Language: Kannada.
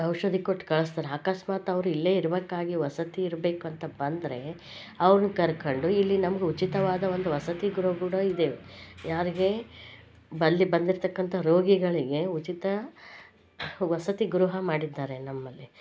ಔಷಧಿ ಕೊಟ್ಟು ಕಳಿಸ್ತಾರೆ ಅಕಸ್ಮಾತ್ ಅವ್ರು ಇಲ್ಲೇ ಇರಬೇಕಾಗಿ ವಸತಿ ಇರಬೇಕು ಅಂತ ಬಂದರೆ ಅವ್ರನ್ನು ಕರ್ಕೊಂಡು ಇಲ್ಲಿ ನಮ್ಗೆ ಉಚಿತವಾದ ಒಂದು ವಸತಿ ಗೃಹ ಕೂಡ ಇದೆ ಯಾರಿಗೆ ಇಲ್ಲಿ ಬಂದಿರ್ತಕ್ಕಂಥ ರೋಗಿಗಳಿಗೆ ಉಚಿತ ವಸತಿ ಗೃಹ ಮಾಡಿದ್ದಾರೆ ನಮ್ಮಲ್ಲಿ